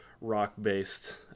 rock-based